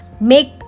Make